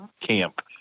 camp